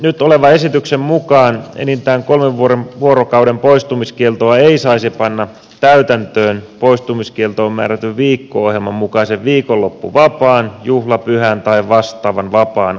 nyt esillä olevan esityksen mukaan enintään kolmen vuorokauden poistumiskieltoa ei saisi panna täytäntöön poistumiskieltoon määrätyn viikko ohjelman mukaisen viikonloppuvapaan juhlapyhän tai vastaavan vapaan aikana